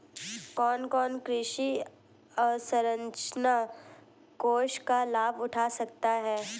कौन कौन कृषि अवसरंचना कोष का लाभ उठा सकता है?